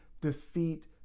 defeat